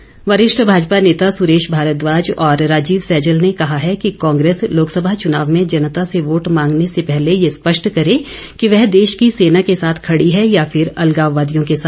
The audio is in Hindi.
मंत्री वरिष्ठ भाजपा नेता सुरेश भारद्वाज और राजीव सहजल ने कहा है कि कांग्रेस लोकसभा चुनाव में जनता से वोट मांगने से पहले ये स्पष्ट करे कि वह देश की सेना के साथ खडी है या फिर अलगाववादियों के साथ